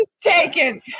taken